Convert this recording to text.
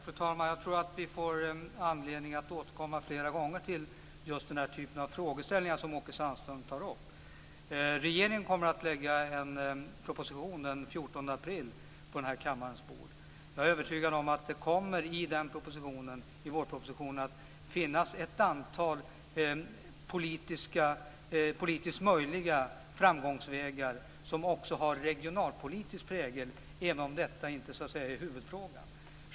Fru talman! Jag tror att vi får anledning att återkomma fler gånger till just den här typen av frågeställningar som Åke Sandström tar upp. Regeringen kommer att lägga fram en proposition på kammarens bord den 14 april. Jag är övertygad om att det i vårpropositionen kommer att finnas ett antal politiskt möjliga framgångsvägar som också har regionalpolitisk prägel, även om detta inte är huvudfrågan.